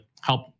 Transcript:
help